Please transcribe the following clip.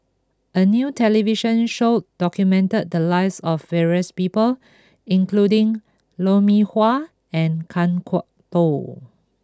a new television show documented the lives of various people including Lou Mee Wah and Kan Kwok Toh